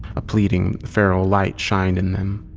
a pleading, feral light shined in them.